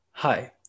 Hi